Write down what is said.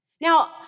Now